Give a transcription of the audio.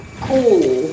cool